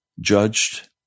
judged